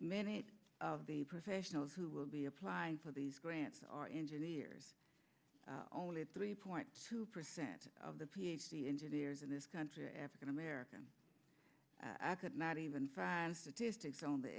many of the professionals who will be applying for these grants are engineers only three point two percent of the ph d engineers in this country are african american i could not even find statistics on th